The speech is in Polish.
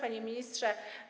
Panie Ministrze!